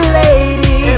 lady